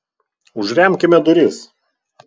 užremkime duris